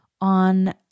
on